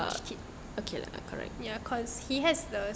cause he has the standard